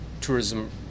tourism